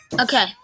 Okay